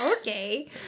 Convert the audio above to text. Okay